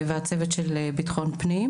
והצוות של בטחון פנים,